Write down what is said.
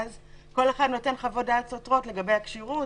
ואז כל אחד נותן חוות דעת סותרות לגבי הכשירות,